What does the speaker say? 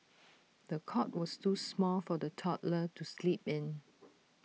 the cot was too small for the toddler to sleep in